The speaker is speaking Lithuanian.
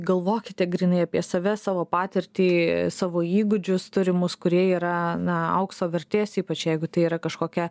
galvokite grynai apie save savo patirtį savo įgūdžius turimus kurie yra na aukso vertės ypač jeigu tai yra kažkokia